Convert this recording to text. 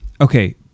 okay